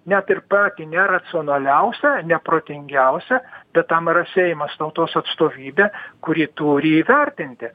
net ir patį neracionaliausią neprotingiausią tai tam yra seimas tautos atstovybė kuri turi įvertinti